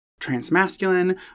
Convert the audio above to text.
transmasculine